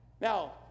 Now